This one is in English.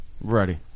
Ready